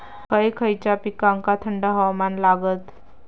खय खयच्या पिकांका थंड हवामान लागतं?